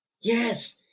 Yes